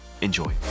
Enjoy